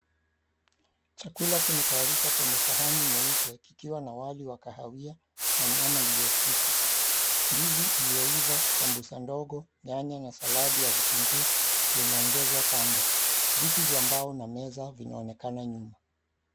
Chakula kimetayarishwa kwenye sahani nyeupe kikiwa na wali wa kahawia na nyama iliyopikwa. Ndizi iliyoiva, sambusa ndogo, nyanya na saladi ya vitunguu vimeongezwa kando. Viti vya mbao na meza vinaonekana nyuma.